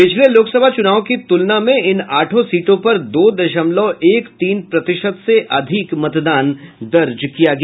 पिछले लोकसभा चूनाव की तूलना में इन आठों सीटों पर दो दशमलव एक तीन प्रतिशत से अधिक मतदान दर्ज किया गया